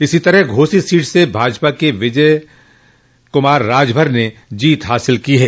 इसी तरह घोसी सीट स भाजपा के विजय कुमार राजभर ने जीत हासिल की है